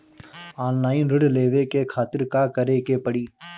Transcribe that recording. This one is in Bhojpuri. ऑनलाइन ऋण लेवे के खातिर का करे के पड़ी?